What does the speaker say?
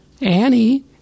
Annie